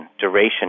duration